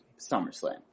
SummerSlam